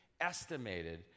estimated